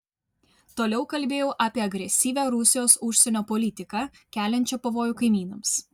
toliau kalbėjau apie agresyvią rusijos užsienio politiką keliančią pavojų kaimynams